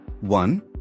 One